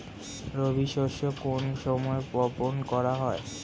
রবি শস্য কোন সময় বপন করা হয়?